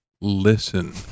listen